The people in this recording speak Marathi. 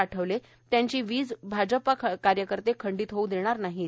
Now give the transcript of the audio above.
पाठवले त्यांची वीज भाजप कार्यकर्ते खंडीत होऊ देणार नाहीत